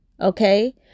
okay